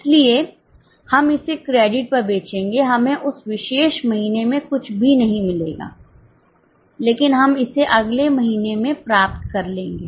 इसलिए हम इसे क्रेडिट पर बेचेंगे हमें उस विशेष महीने में कुछ भी नहीं मिलेगा लेकिन हम इसे अगले महीने में प्राप्त कर लेंगे